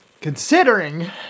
considering